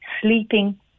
sleeping